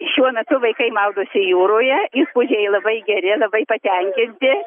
šiuo metu vaikai maudosi jūroje įspūdžiai labai geri labai patenkinti